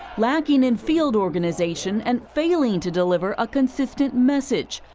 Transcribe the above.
lacking in field organization, and failing to deliver a consistent message.